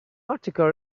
article